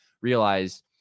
realize